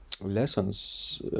lessons